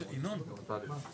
מתי יסתיים העניין הזה,